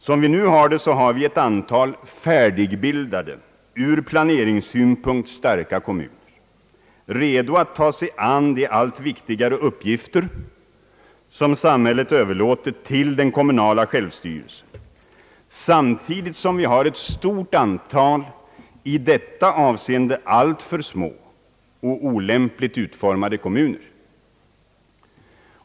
Som det nu förhåller sig, har vi ett antal färdigbildade, ur planeringssynpunkt starka kommuner redo att ta sig an de allt viktigare uppgifter som samhället överlåtit till den kommunala självstyrelsen, samtidigt som vi har ett stort antal i detta avseende alltför små och olämpligt utformade kommuner.